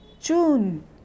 June